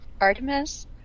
Artemis